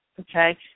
okay